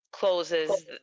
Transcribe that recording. Closes